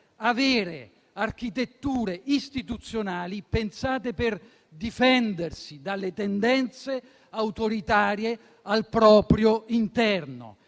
avere architetture istituzionali pensate per difendersi dalle tendenze autoritarie al proprio interno,